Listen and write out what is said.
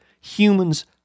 humans